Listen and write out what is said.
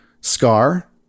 Scar